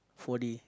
four-D